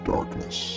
Darkness